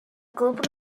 glwb